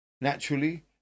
Naturally